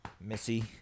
Missy